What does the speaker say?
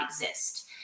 exist